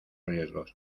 riesgos